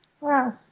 Wow